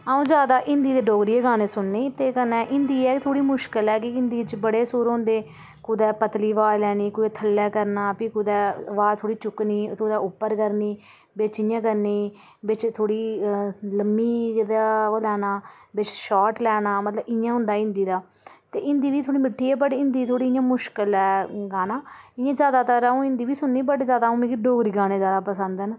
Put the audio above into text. अ'ऊं जादै हिन्दी ते डोगरी गै गाने सुननी कन्नै ते हिन्दी ऐ कि थोह्ड़ी मुश्कल ऐ कि हिन्दी च बड़े सुर होंदे कुतै पतली अवाज लैनी कुदै थ'ल्लै लैना फ्ही अवाज कुदै चुक्कनी कुदै उप्पर करनी बिच इ'यां करनी बिच थोह्ड़ी ल'म्मी ओह् लैना बिच शार्ट लैना मतलब इ'यां होंदा हिन्दी दा ते हिन्दी बी थोह्ड़ी मिट्ठी ऐ वट हिन्दी थोह्ड़ी इ'यां मुश्कल ऐ थोह्ड़ा गाना इ'यां जादातर अ'ऊं हिन्दी बी सुनना वट जादा मिगी डोगरी गाने जादा पसंद न